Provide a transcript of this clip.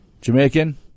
Jamaican